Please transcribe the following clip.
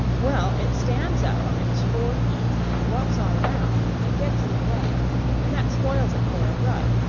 well, it stands up on its four feet and walks all around, and gets in the way and that spoils it for a rug.